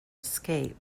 escape